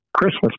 Christmas